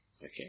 Okay